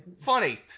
funny